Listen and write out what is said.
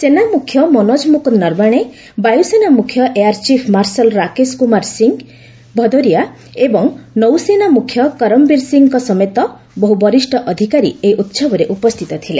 ସେନାମୁଖ୍ୟ ମନୋଜ ମୁକୁନ୍ଦ ନର୍ବାଣେ ବାୟୁସେନା ମୁଖ୍ୟ air chief marshal Rakesh Kumar Singh Bhadauria ଓ ନୌସେନା ମୁଖ୍ୟ କରମ୍ବୀର୍ ସିଂଙ୍କ ସମେତ ବହ୍ର ବରିଷ୍ଣ ଅଧିକାରୀ ଏହି ଉତ୍ସବରେ ଉପସ୍ଥିତ ଥିଲେ